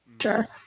sure